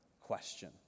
question